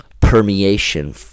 permeation